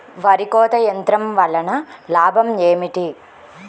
వరి కోత యంత్రం వలన లాభం ఏమిటి?